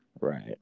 Right